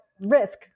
risk